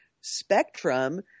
spectrum